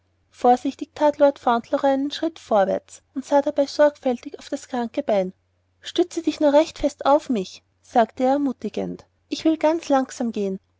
vorsichtig that lord fauntleroy einen schritt vorwärts und sah dabei sorgfältig auf das kranke bein stütze dich nur recht fest auf mich sagte er ermutigend ich will ganz langsam gehen